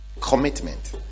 Commitment